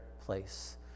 place